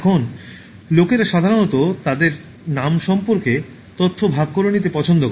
এখন লোকেরা সাধারণত তাদের নাম সম্পর্কে তথ্য ভাগ করে নিতে পছন্দ করে